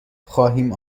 خواهیم